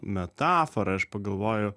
metaforą aš pagalvoju